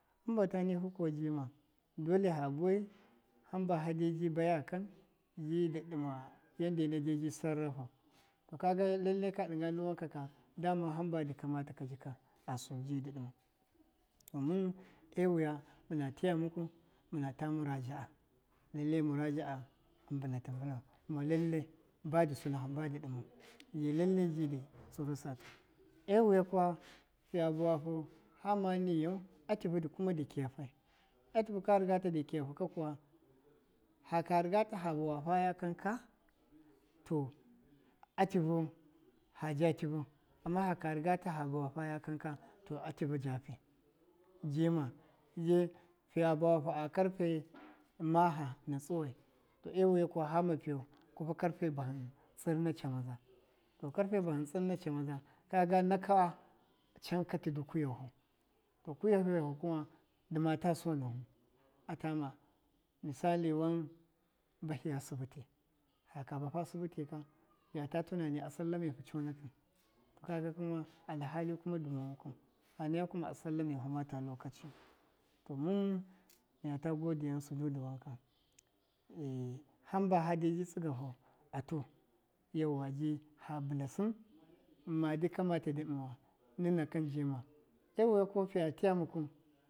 Hamba ta nifu kuwa jima, dole fa buwaya hamba hadeji ya kan ji dɨɗɨma yadda debi sarrafa, to kaga lalle ka ɗɨnga ndu wankaka dama hamba dɨ kamataka jika a sɨn ji dɨ ɗɨmau domɨn ewu ya mɨna tiya mukwu mɨnata muraja'a lalle muraja'a a mbɨnata mbɨnau kuma lalle badɨ sɨna badɨ ɗɨmau lalle ji dɨ tsɨrusa tu ewuya kuma fiya bawafu fama ninyau a tivi kuma di kuma kiyafai, a tivi ka riga di kuma dɨ kiyafu ka kuwa, haka rɨgata fa ba wafaya kanka to a tivufa ja tivu ama haka rigata fa ba wa fakanka a tivu jafi, jima ji fiya bawafu a karfe maha na tsuwai to ewuya kuwa fama piyau kwaba karfe ba hɨn tsɨr na camaza to karfe bahɨn tsɨr na camaza kaga naka tɨdɨ kuyafu to kuyahiyafu kuma dɨma ta so nafu a tama mɨsalɨ wan bahiya sɨpɨtɨ fakwa bafa sɨfɨtɨka fɨyata tɨnanɨ a salla mefu gan conakɨn kaga kuma alahalɨ kuma dɨma wankau fanaya kuma asallame fumau ta cokaciyu, to mɨn miya ta gode ghɨnsɨ gabo da wanka, e hamba fa debi tsɨgafu atu ji yauwa fa bɨ la sɨn ma dɨ kamata di ɗɨma wa nɨnakɨn jima ewuya kɨn fiya tiya muku.